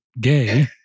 gay